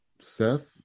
Seth